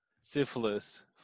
syphilis